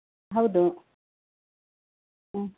ಹೌದು ಹ್ಞೂ